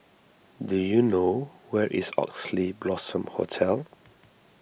do you know where is Oxley Blossom Hotel